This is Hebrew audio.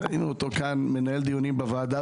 ראינו אותו כאן מנהל דיונים בוועדה,